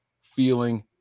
feeling